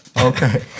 Okay